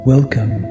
Welcome